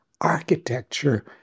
architecture